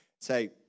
say